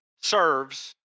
serves